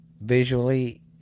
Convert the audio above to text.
visually